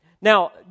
Now